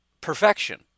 perfection